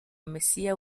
mesiya